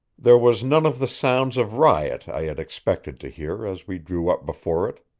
there was none of the sounds of riot i had expected to hear as we drew up before it.